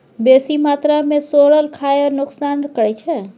बेसी मात्रा मे सोरल खाएब नोकसान करै छै